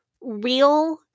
real